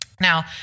Now